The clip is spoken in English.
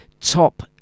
top